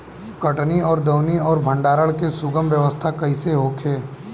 कटनी और दौनी और भंडारण के सुगम व्यवस्था कईसे होखे?